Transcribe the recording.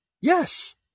yes